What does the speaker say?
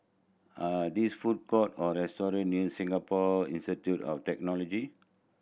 are these food court or restaurant near Singapore Institute of Technology